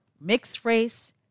mixed-race